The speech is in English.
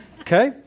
Okay